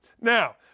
Now